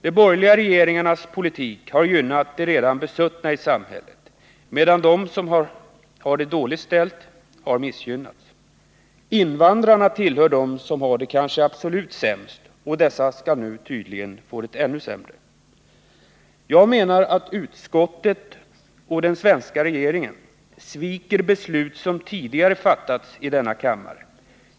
De borgerliga regeringarnas politik har gynnat de redan besuttna i samhället, medan de som har det dåligt ställt har missgynnats. Invandrarna tillhör dem som har det kanske absolut sämst, och dessa skall nu tydligen få det ännu sämre. Jag menar att utskottet och den svenska regeringen sviker beslut som tidigare fattats i denna kammare.